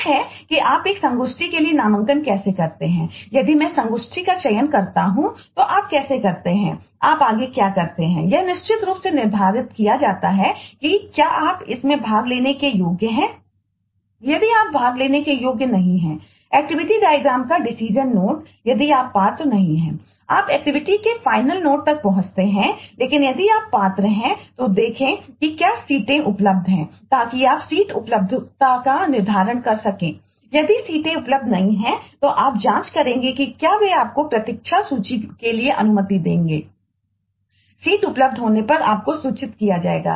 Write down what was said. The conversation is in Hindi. यह है कि आप एक संगोष्ठी के लिए नामांकन कैसे करते हैं यदि मैं संगोष्ठी का चयन करता हूं तो आप कैसे करते हैं आप आगे क्या करते हैं यह निश्चित रूप से निर्धारित किया जाता है कि क्या आप इसमें भाग लेने के योग्य हैं यदि आप भाग लेने के योग्य नहीं है एक्टिविटी डायग्राम का डिसीजन नोड तक पहुँचते हैं लेकिन यदि आप पात्र हैं तो देखें कि क्या सीटें उपलब्ध हैं ताकि आप सीट उपलब्धता का निर्धारण कर सकें यदि सीटें उपलब्ध नहीं हैं तो आप जाँच करें कि क्या वे आपको प्रतीक्षा सूची के लिए अनुमति देंगे सीट उपलब्ध होने पर आपको सूचित किया जाएगा